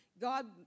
God